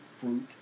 fruit